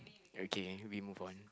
again we move on